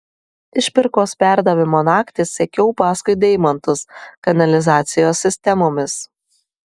išpirkos perdavimo naktį sekiau paskui deimantus kanalizacijos sistemomis